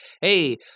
hey